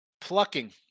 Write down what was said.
plucking